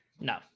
No